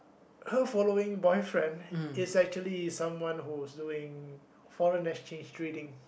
her following boyfriend is actually someone who is doing foreign exchange trading